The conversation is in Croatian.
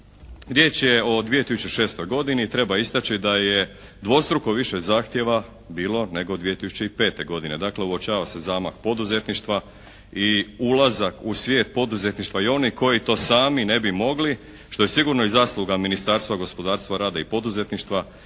riječ je o 2006. godini. Treba istaći da je dvostruko više zahtjeva bilo nego 2005. godine. Dakle, uočava se zamah poduzetništva i ulazak u svijet poduzetništva i oni koji to sami ne bi mogli što je sigurno i zasluga Ministarstva gospodarstva, rada i poduzetništva